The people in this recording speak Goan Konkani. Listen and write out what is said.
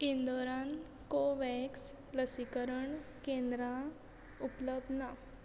इंदोरांत कोव्हॅक्स लसीकरण केंद्रां उपलब्ध ना